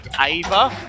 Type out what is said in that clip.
Ava